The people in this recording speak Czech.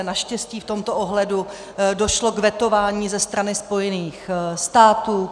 Naštěstí v tomto ohledu došlo k vetování ze strany Spojených států.